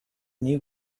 knew